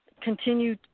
continue